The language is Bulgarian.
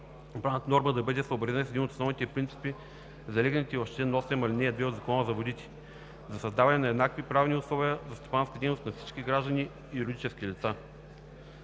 правната норма да бъде съобразена с един от основните принципи, залегнали в чл. 8, ал. 2 от Закона за водите – за създаване на еднакви правни условия за стопанска дейност на всички граждани и юридически лица.